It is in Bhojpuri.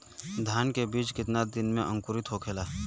धान के बिज कितना दिन में अंकुरित होखेला?